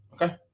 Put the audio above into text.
Okay